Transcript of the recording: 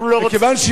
אנחנו לא רוצים,